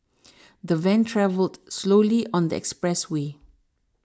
the van travelled slowly on the expressway